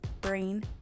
brain